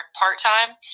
part-time